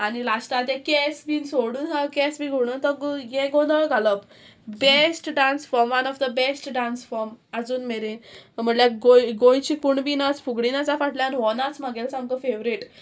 आनी लास्ट आहा तें केस बीन सोडून केस बी होडून तो हें गोंदळ घालप best dance form one of the best dance form आजून मेरेन म्हटल्यार गो गोंयची कुणबीनाच फुगडीन आसा फाटल्यान आनी हो नाच म्हागेलो सामको फेवरेट